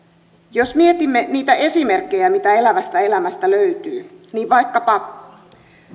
jos mietimme niitä esimerkkejä mitä elävästä elämästä löytyy niin vaikkapa